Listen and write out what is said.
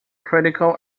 critical